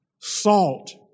Salt